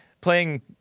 playing